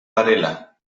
varela